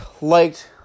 liked